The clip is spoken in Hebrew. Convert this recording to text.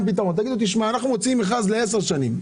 תגידו: אנחנו מוציאים מכרז לעשר שנים.